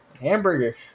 Hamburger